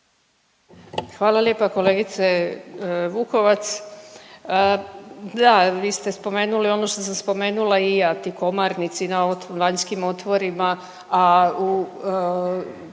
Hvala lijepa kolegice Vukovac. Da, vi ste spomenuli ono što sam spomenula i ja. Ti komarnici na vanjskim otvorima,